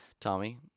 Tommy